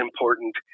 important